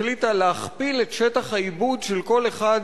החליטה להכפיל את שטח העיבוד של כל אחד